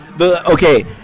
Okay